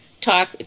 talk